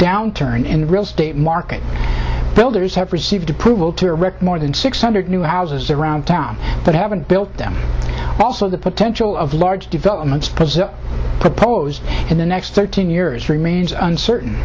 downturn in the real estate market builders have received approval to read more than six hundred new houses around town but haven't built them also the potential of large developments president proposed in the next thirteen years remains uncertain